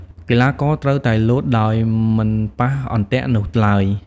កីឡាករត្រូវតែលោតដោយមិនប៉ះអន្ទាក់នោះឡើយ ។